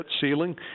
ceiling